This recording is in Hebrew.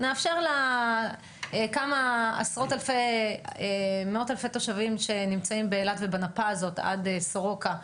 נאפשר לכמה מאות אלפי תושבים שנמצאים באילת ובנפה הזאת עד סורוקה,